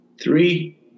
Three